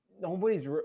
nobody's –